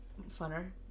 Funner